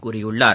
கூறியுள்ளார்